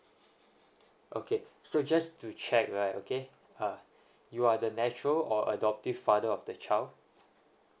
okay so just to check right okay uh you are the natural or adoptive father of the child